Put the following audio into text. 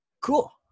Cool